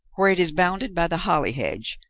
where it is bounded by the holly hedge,